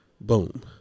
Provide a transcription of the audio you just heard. boom